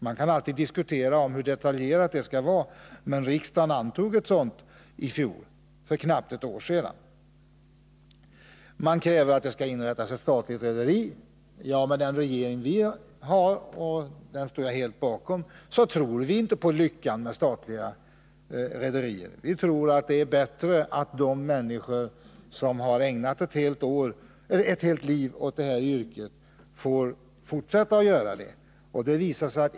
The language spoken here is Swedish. Man kan alltid diskutera hur detaljerat ett program skall vara, men riksdagen antog ett sådant i fjol, för knappt ett år sedan. Vpk kräver att det skall inrättas ett statligt rederi. Den regering vi nu har — och den står jag helt bakom — tror inte på lyckan i form av statliga rederier. Vi tror att det är bättre att de människor som har ägnat ett helt liv åt yrket får fortsätta att utöva det.